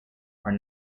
are